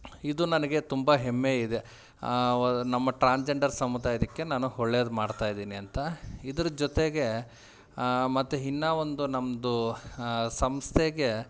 ಇದು ನನಗೆ ತುಂಬ ಹೆಮ್ಮೆ ಇದೆ ನಮ್ಮ ಟ್ರಾನ್ಜಂಡರ್ ಸಮುದಾಯಕ್ಕೆ ನಾನು ಒಳ್ಳೇದ್ ಮಾಡ್ತಾ ಇದೀನಿ ಅಂತ ಇದ್ರ ಜೊತೆಗೇ ಮತ್ತು ಇನ್ನೂ ಒಂದು ನಮ್ಮದು ಸಂಸ್ಥೆಗೆ